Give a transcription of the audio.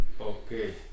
okay